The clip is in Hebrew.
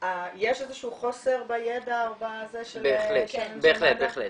יש איזה שהוא חוסר בידע של אנשי מד"א?